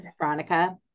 Veronica